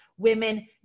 women